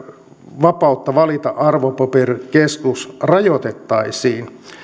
vapautta valita arvopaperikeskus rajoitettaisiin